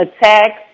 attack